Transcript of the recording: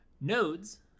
nodes